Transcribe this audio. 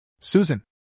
Susan